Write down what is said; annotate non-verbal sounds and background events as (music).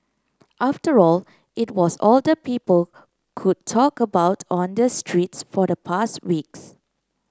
(noise) after all it was all the people could talk about on the streets for the past weeks